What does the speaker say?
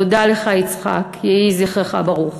תודה לך, יצחק, יהי זכרך ברוך.